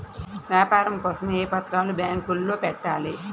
వ్యాపారం కోసం ఏ పత్రాలు బ్యాంక్లో పెట్టాలి?